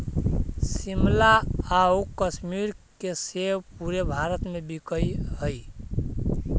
शिमला आउ कश्मीर के सेब पूरे भारत में बिकऽ हइ